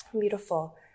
Beautiful